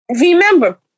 Remember